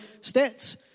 stats